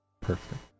Perfect